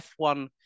F1